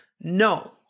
no